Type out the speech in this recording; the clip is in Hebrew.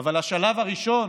אבל השלב הראשון